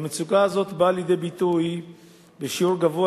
המצוקה הזאת באה לידי ביטוי בשיעור גבוה